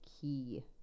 key